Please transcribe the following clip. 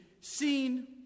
seen